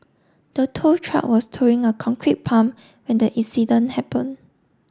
the tow truck was towing a concrete pump when the incident happen